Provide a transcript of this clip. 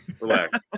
Relax